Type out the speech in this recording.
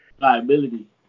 Liability